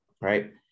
right